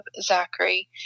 Zachary